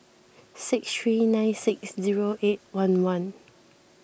six three nine six zero eight one one